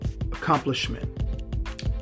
accomplishment